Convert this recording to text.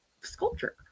sculpture